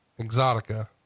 exotica